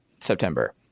September